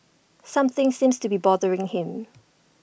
something seems to be bothering him